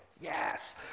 Yes